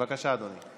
בבקשה, אדוני.